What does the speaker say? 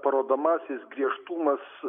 parodomasis griežtumas